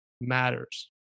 Matters